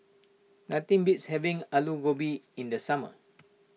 nothing beats having Alu Gobi in the summer